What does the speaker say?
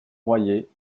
royer